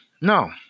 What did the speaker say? No